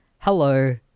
Hello